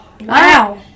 Wow